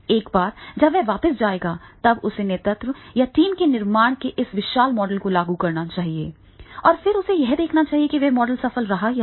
एक बार जब वह वापस जाएगा तब उसे नेतृत्व या टीम के निर्माण के इस विशेष मॉडल को लागू करना चाहिए फिर उसे यह देखना चाहिए कि वह मॉडल सफल रहा है या नहीं